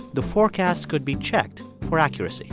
the forecasts could be checked for accuracy